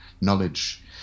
knowledge